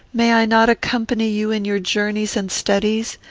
may i not accompany you in your journeys and studies,